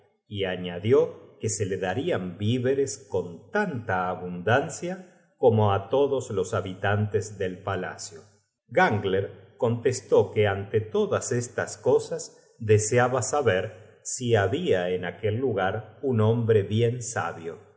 y añadió que se le darian víveres con tanta abundancia como á todos los habitantes del palacio glanger contestó que ante todas cosas deseaba saber si habia en aquel lugar un hombre bien sabio